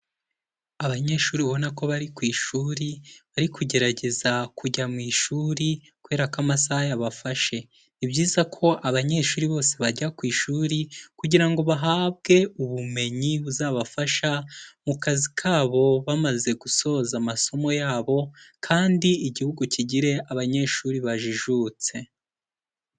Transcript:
Abanyeshuri ubona ko bari ku ishuri, bari kugerageza kujya mu ishuri kubera ko amasaha yabafashe. Ni byiza ko abanyeshuri bose bajya ku ishuri, kugira ngo bahabwe ubumenyi buzabafasha mu kazi kabo bamaze gusoza amasomo yabo kandi Igihugu kigire abanyeshuri bajijutse.